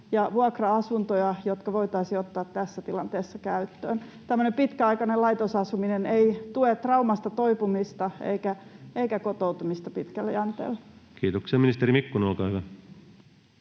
ja vuokra-asuntoja, jotka voitaisiin ottaa tässä tilanteessa käyttöön. Pitkäaikainen laitosasuminen ei tue traumasta toipumista eikä kotoutumista pitkällä jänteellä. Kiitoksia. — Ministeri Mikkonen, olkaa hyvä.